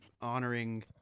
honoring